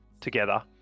Together